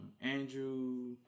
Andrew